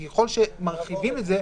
כי ככול שמרחיבים את זה,